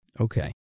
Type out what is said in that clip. Okay